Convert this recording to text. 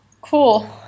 Cool